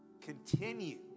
continue